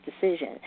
decision